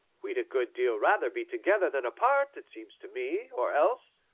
we'd a good deal rather be together than apart, it seems to me or else,